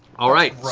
all right.